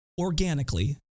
Organically